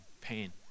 pain